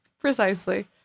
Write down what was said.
precisely